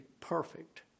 perfect